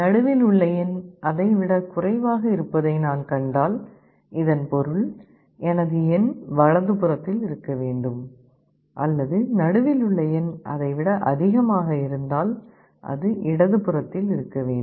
நடுவில் உள்ள எண் அதை விட குறைவாக இருப்பதை நான் கண்டால் இதன் பொருள் எனது எண் வலது புறத்தில் இருக்க வேண்டும் அல்லது நடுவில் உள்ள எண் அதை விட அதிகமாக இருந்தால் அது இடது புறத்தில் இருக்க வேண்டும்